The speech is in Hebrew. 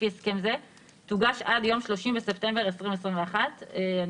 -- לפי הסכם זה תוגש עד יום 30 בספטמבר 2021. אני